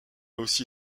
aussi